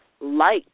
light